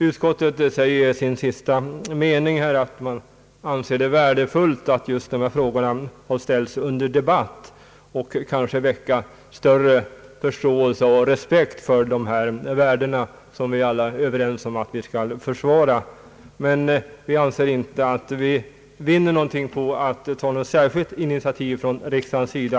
I slutet av utlåtandet skriver utskottet att det finner det värdefullt att dessa frågor ställts under debatt och detta kan kanske skapa större förståelse och respekt för dessa värden, som vi alla är överens om att vi skall försvara. Men vi anser inte att man vinner någonting på ett särskilt initiativ från riksdagens sida.